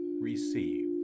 receive